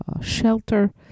shelter